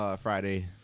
Friday